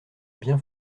bien